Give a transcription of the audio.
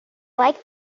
like